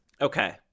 Okay